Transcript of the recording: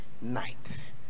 night